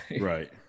right